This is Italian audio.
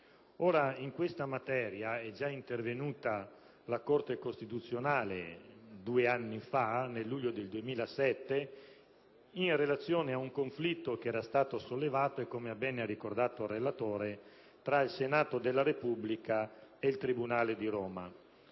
toni. In questa materia è già intervenuta la Corte costituzionale due anni fa, nel luglio del 2007, in relazione ad un conflitto che era stato sollevato, come ha ben ricordato il relatore, tra il Senato della Repubblica e il tribunale di Roma,